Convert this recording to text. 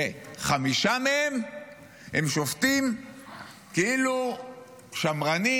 שחמישה מהם הם שופטים כאילו שמרנים,